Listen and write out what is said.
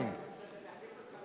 שאני אחליף אותך?